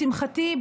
לשמחתי,